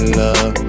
love